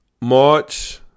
March